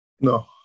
No